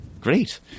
great